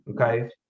Okay